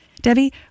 Debbie